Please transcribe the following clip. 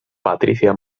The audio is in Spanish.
patricia